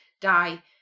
die